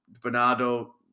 Bernardo